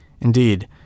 Indeed